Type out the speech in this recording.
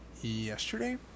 yesterday